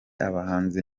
abahanzi